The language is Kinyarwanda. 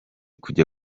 kujya